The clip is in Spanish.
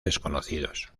desconocidos